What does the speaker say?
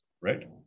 right